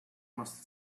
must